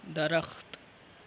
درخت